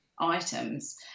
items